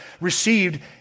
received